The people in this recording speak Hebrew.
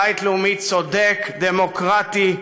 בית לאומי צודק, דמוקרטי,